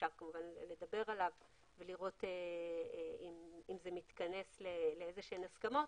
שכמובן אפשר לדבר עליו ולראות אם זה מתכנס לאיזה שהן הסכמות.